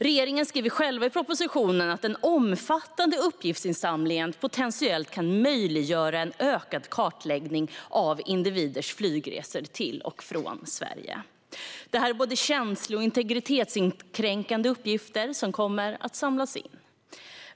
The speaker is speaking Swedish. Regeringen skriver själv i propositionen att den omfattande uppgiftsinsamlingen potentiellt kan möjliggöra en ökad kartläggning av individers flygresor till och från Sverige. Det är både känsliga och integritetskränkande uppgifter som kommer att samlas in.